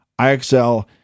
IXL